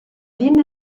ville